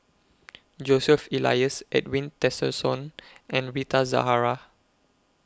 Joseph Elias Edwin Tessensohn and Rita Zahara